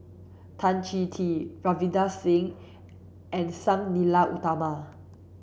Tan Chong Tee Ravinder Singh and Sang Nila Utama